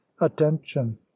attention